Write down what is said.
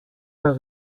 par